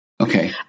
Okay